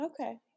Okay